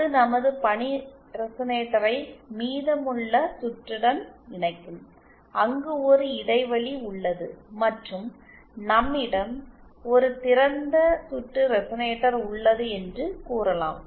அது நமது பணி ரெசனேட்டரை மீதமுள்ள சுற்றுடன் இணைக்கும் அங்கு ஒரு இடைவெளி உள்ளது மற்றும் நம்மிடம் ஒரு திறந்த சுற்று ரெசனேட்டர் உள்ளது என்று கூறலாம்